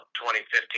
2015